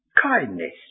kindness